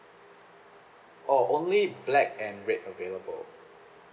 oh only black and red available